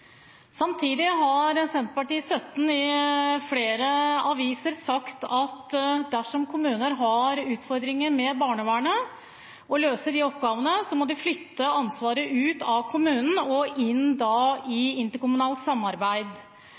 samtidig har Senterpartiet i flere aviser sagt at dersom kommuner har utfordringer med barnevernet og å løse de oppgavene, må de flytte ansvaret ut av kommunen og inn i interkommunalt samarbeid.